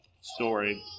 story